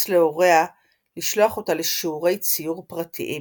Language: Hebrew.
להוריה לשלוח אותה לשיעורי ציור פרטיים.